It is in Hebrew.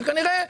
שכנראה,